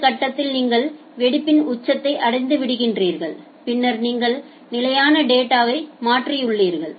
இந்த கட்டத்தில் நீங்கள் வெடிப்பின் உச்சத்தை அடைந்துவிட்டீர்கள் பின்னர் நீங்கள் நிலையான டேட்டாவை மாற்றியுள்ளீர்கள்